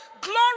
glory